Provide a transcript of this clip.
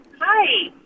Hi